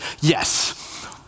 yes